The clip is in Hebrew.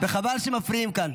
וחבל שמפריעים כאן.